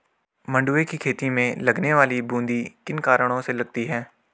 मंडुवे की खेती में लगने वाली बूंदी किन कारणों से लगती है?